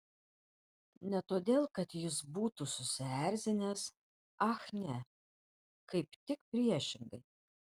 ne todėl kad jis būtų susierzinęs ach ne kaip tik priešingai